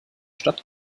stadt